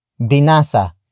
Binasa